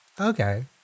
Okay